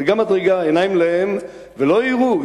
זאת גם מדרגה: עיניים להם ולא יראו,